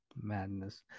madness